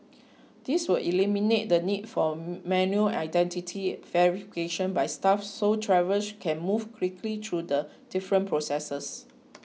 this will eliminate the need for manual identity verification by staff so travellers can move quickly through the different processes